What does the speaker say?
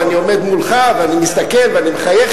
ואני עומד מולך ואני מסתכל ואני מחייך